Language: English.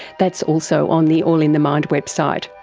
that's also on the all in the mind website.